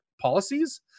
policies